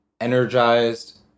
energized